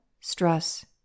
stress